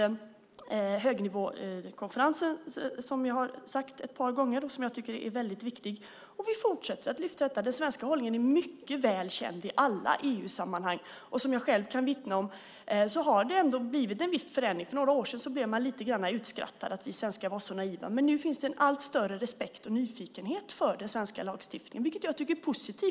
Högnivåkonferensen som jag har talat om ett par gånger och som jag tycker är väldigt viktig kommer att hållas. Vi fortsätter att lyfta fram detta. Den svenska hållningen är mycket väl känd i alla EU-sammanhang. Som jag själv kan vittna om har det ändå blivit en viss förändring. För några år sedan blev man lite utskrattad - vi svenskar var så naiva. Men nu finns det en allt större respekt och nyfikenhet för den svenska lagstiftningen, vilket jag tycker är positivt.